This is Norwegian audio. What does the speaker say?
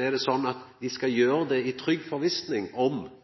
er det sånn at dei skal vera sikre på at dei ikkje må dekkja sakskostnadene sjølve. Dette skal regjeringa vera tydeleg på. Men i